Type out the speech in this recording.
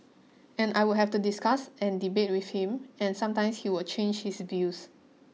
and I would have to discuss and debate with him and sometimes he would change his views